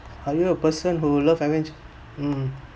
are you a person who love I mean mm